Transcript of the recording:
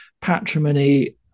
patrimony